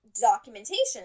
documentation